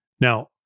Now